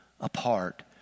apart